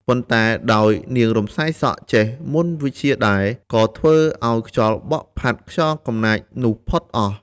ប៉ុន្តែ ដោយ នាងរំសាយសក់ ចេះមន្តវិជ្ជាដែរ ក៏ធ្វើឱ្យខ្យល់បក់ផាត់ខ្យល់កំណាចនោះផុតអស់ ។